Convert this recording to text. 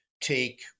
take